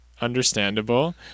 understandable